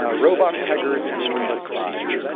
ah robot keggers and roomba spies.